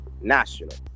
National